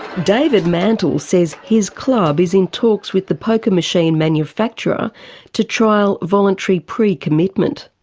david mantle says his club is in talks with the poker machine manufacturer to trial voluntary pre-commitment.